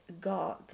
God